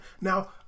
Now